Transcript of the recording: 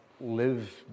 live